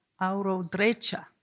Auro-Drecha